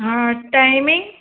हा टाइमिंग